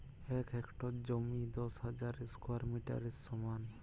এক হেক্টর জমি দশ হাজার স্কোয়ার মিটারের সমান